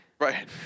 Right